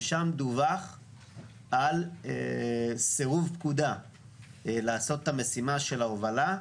שם דווח על סירוב פקודה לעשות את המשימה של ההובלה,